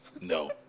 No